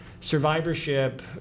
survivorship